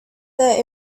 that